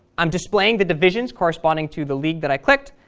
i'm displaying the divisions corresponding to the league that i clicked,